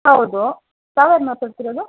ಹೌದು ತಾವು ಯಾರು ಮಾತಾಡ್ತಿರೋದು